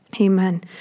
Amen